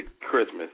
Christmas